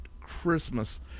Christmas